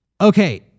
Okay